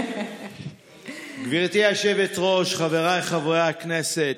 גברתי היושבת-ראש, חבריי חברי הכנסת,